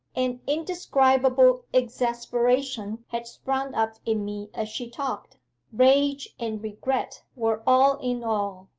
an indescribable exasperation had sprung up in me as she talked rage and regret were all in all.